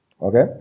Okay